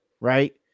right